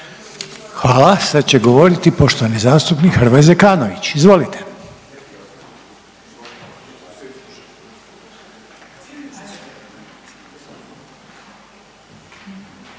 Hvala. Sad će govoriti poštovani zastupnik Hrvoje Zekanović. Izvolite.